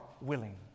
willing